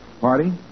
Party